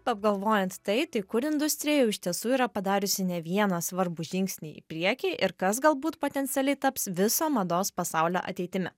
apgalvojant tai tai kur industrija jau iš tiesų yra padariusi ne vieną svarbų žingsnį į priekį ir kas galbūt potencialiai taps viso mados pasaulio ateitimi